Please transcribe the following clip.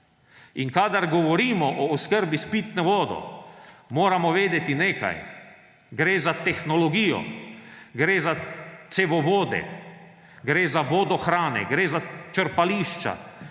In kadar govorimo o oskrbi s pitno vodo, moramo vedeti nekaj. Gre za tehnologijo. Gre za cevovode. Gre za vodohrane. Gre za črpališča.